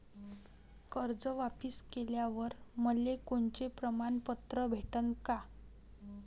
कर्ज वापिस केल्यावर मले कोनचे प्रमाणपत्र भेटन का?